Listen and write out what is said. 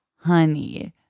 honey